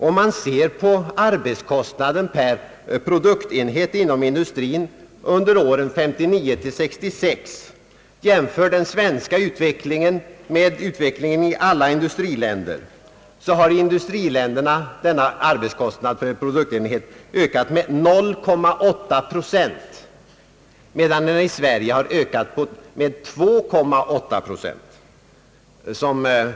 Om man ser på arbetskostnaden per produktenhet inom industrin under åren 1959— 1966 och jämför den svenska utvecklingen med utvecklingen i alla industriländer, finner man att denna kostnad i alla länder ökat med 0,8 procent, medan den i Sverige ökat med 2,8 procent.